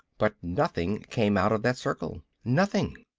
but nothing came out of that circle. nothing.